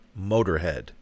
Motorhead